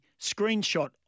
screenshot